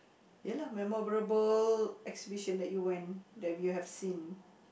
ya lah memorable exhibition that you went that you have seen